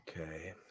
Okay